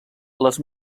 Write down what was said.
les